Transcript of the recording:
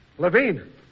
Levine